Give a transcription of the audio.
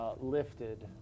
Lifted